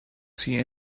see